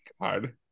God